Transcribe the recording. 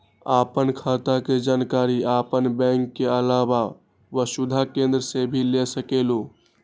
आपन खाता के जानकारी आपन बैंक के आलावा वसुधा केन्द्र से भी ले सकेलु?